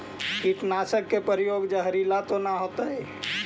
कीटनाशक के प्रयोग, जहरीला तो न होतैय?